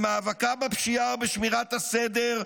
במאבקה בפשיעה ובשמירת הסדר,